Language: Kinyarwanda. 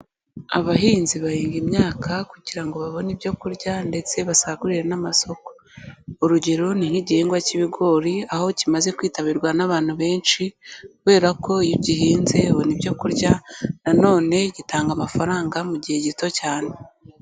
Abahinzi bahinga imyaka kugira ngo babone ibyo kurya ndetse basagurire n'amasoko, urugero ni nk'igihingwa cy'ibigori aho kimaze kwitabirwa n'abantu benshi kubera ko iyo ugihinze ubona ibyo kurya na none gitanga amafaranga mu gihe gito cyane.